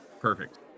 perfect